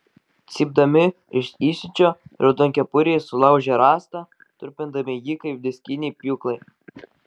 cypdami iš įsiūčio raudonkepuriai sulaužė rąstą trupindami jį kaip diskiniai pjūklai